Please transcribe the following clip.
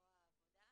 זרוע העבודה.